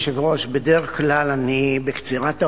אדוני היושב-ראש, בדרך כלל אני בקצירת האומר,